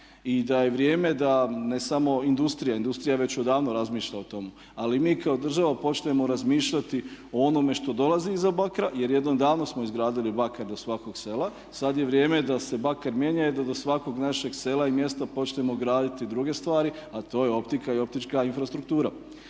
i da je vrijeme da ne samo industrija, industrija već odavno razmišlja o tome, ali i mi kao država počnemo razmišljati o onome što dolazi iza bakra jer jednom davno smo izgradili bakar do svakog sela, sad je vrijeme da se bakar mijenja i da do svakog našeg sela i mjesta počnemo graditi druge stvari, a to je optika i optička infrastruktura.